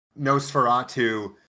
Nosferatu